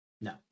No